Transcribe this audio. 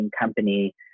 company